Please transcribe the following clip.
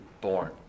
born